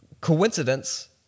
coincidence